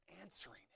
answering